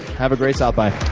have a great south by